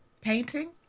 painting